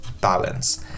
balance